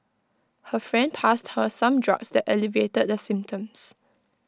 her friend passed her some drugs that alleviated the symptoms